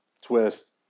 twist